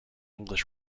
english